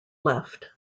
left